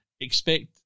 expect